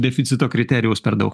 deficito kriterijaus per daug